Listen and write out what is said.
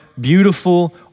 beautiful